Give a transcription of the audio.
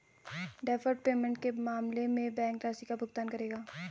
deferred payment के मामले में बैंक राशि का भुगतान करेगा